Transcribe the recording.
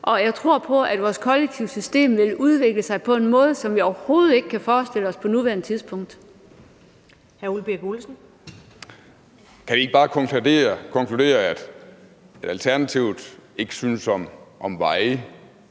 Og jeg tror på, at vores kollektive system vil udvikle sig på en måde, som vi overhovedet ikke kan forestille os på nuværende tidspunkt.